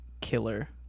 killer